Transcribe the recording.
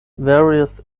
various